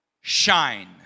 shine